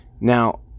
Now